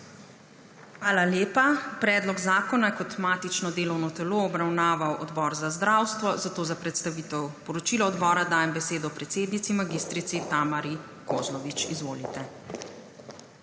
Hvala lepa. Predlog zakona je kot matično delovno telo obravnaval Odbor za zdravstvo, zato za predstavitev poročila odbora dajem besedo predsednici mag. Tamari Kozlovič. Izvolite.